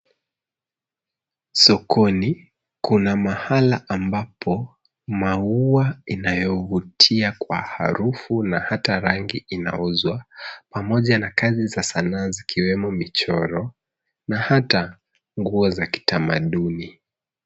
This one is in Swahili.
Sokoni, kuna mahala ambapo maua inayovutia kwa harufu na hata rangi inauzwa, pamoja na kazi za sanaa zikiwemo michoro na hata nguo za kitamaduni.